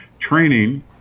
training